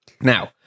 Now